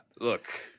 look